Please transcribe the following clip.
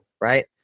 right